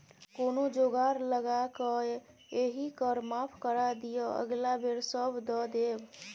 कोनो जोगार लगाकए एहि कर माफ करा दिअ अगिला बेर सभ दए देब